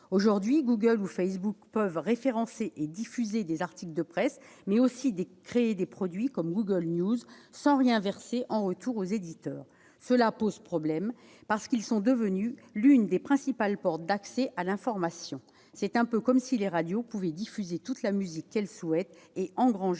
Aujourd'hui, Google et Facebook peuvent référencer et diffuser des articles de presse, mais aussi créer des produits comme Google News, sans rien verser aux éditeurs en retour. Cela pose problème, parce que ces entreprises sont devenues l'une des principales portes d'accès à l'information. C'est un peu comme si les radios pouvaient diffuser toute la musique qu'elles souhaitent et engranger